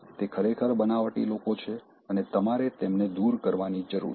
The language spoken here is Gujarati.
તે ખરેખર બનાવટી લોકો છે અને તમારે તેમને દૂર કરવાની જરૂર છે